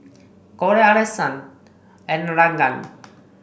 Corey Alison and Regan